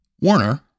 Warner